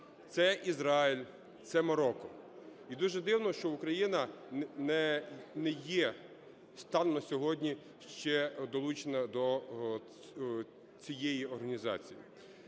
це Ізраїль, це Марокко. І дуже дивно, що Україна не є станом на сьогодні ще долучена до цієї організації.